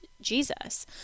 Jesus